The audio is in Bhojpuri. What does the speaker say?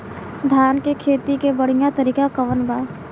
धान के खेती के बढ़ियां तरीका कवन बा?